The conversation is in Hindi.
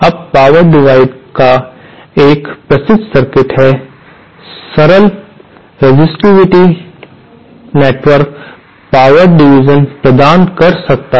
अब पावर डिवीडर एक प्रसिद्ध सर्किट है सरल रेसिस्टिव नेटवर्क पावर डिवीज़न प्रदान कर सकता है